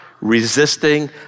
resisting